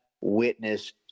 witness